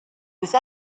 these